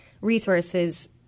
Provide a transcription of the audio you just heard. resources